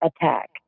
attack